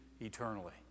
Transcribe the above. eternally